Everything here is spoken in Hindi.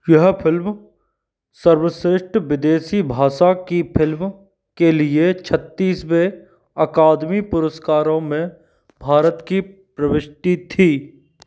यह फ़िल्म सर्वश्रेष्ठ विदेशी भाषा की फ़िल्म के लिए छत्तीसवें अकादमी पुरस्कारों में भारत की प्रविष्टि थी